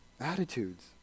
Attitudes